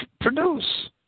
produce